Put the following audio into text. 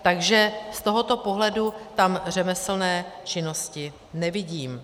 Takže z tohoto pohledu tam řemeslné činnosti nevidím.